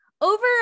over